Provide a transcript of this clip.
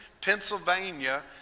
Pennsylvania